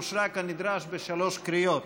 אושרה כנדרש בשלוש קריאות.